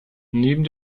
neben